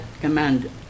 command